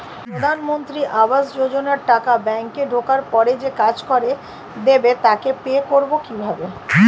প্রধানমন্ত্রী আবাস যোজনার টাকা ব্যাংকে ঢোকার পরে যে কাজ করে দেবে তাকে পে করব কিভাবে?